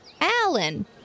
Alan